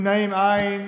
נמנעים, אין.